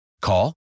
Call